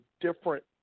different